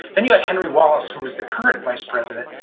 then you had henry wallace, who was the current vice president,